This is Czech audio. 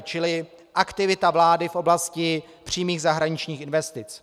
Čili aktivita vlády v oblasti přímých zahraničních investic.